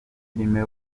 filime